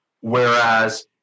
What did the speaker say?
Whereas